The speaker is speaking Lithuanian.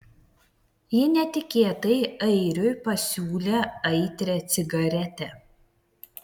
ji netikėtai airiui pasiūlė aitrią cigaretę